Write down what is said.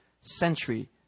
century